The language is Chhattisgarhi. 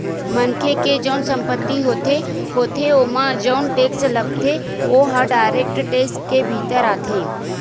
मनखे के जउन संपत्ति होथे होथे ओमा जउन टेक्स लगथे ओहा डायरेक्ट टेक्स के भीतर आथे